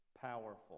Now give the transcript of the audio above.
powerful